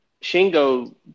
Shingo